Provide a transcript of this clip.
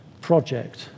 project